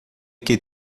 que